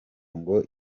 ngo